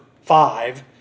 five